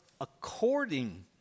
according